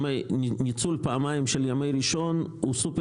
ניצול פעמיים של ימי ראשון הוא סופר